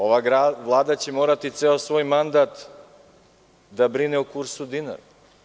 Ova Vlada će morati ceo svoj mandat da brine o kursu dinara.